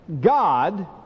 God